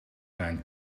zijn